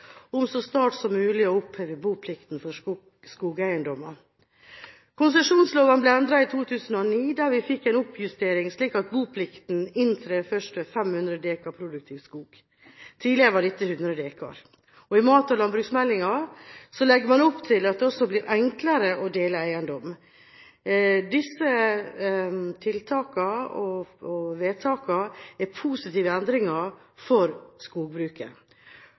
om så snart som mulig å oppheve boplikten for skogeiendommer. Konsesjonsloven ble endret i 2009, da vi fikk en oppjustering slik at boplikten inntrer først ved 500 dekar produktiv skog. Tidligere var dette 100 dekar. I mat- og landbruksmeldingen legger man opp til at det også blir enklere å dele eiendom. Dette er vedtak og tiltak som innebærer positive endringer for skogbruket.